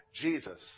Jesus